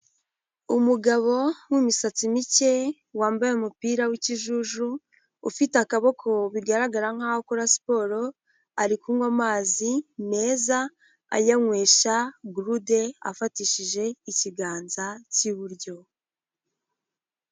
Umugabo w'imisatsi mike, wambaye umupira w'ikijuju, ufite akaboko bigaragara nkaho akora siporo, ari kunywa amazi meza, ayanywesha gurude, afatishije ikiganza k'iburyo.